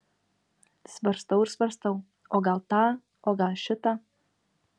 svarstau ir svarstau o gal tą o gal šitą